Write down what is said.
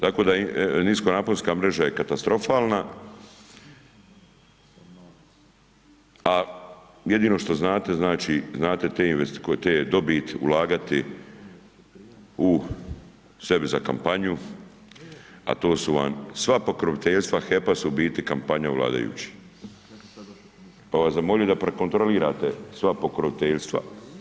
Tako da, niskonaponska mreža je katastrofalna, a jedino što znate, znači, znate te dobit, ulagati u sebi za kampanju, a to su vam sva pokroviteljstva HEP-a su u biti kampanja vladajućih, pa bi vas zamolio da prekontrolirate sva pokroviteljstva.